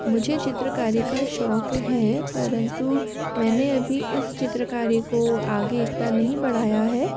मुझे चित्रकारी का शौक है परंतु मैंने अभी इस चित्रकारी को आगे इतना नहीं बढ़ाया है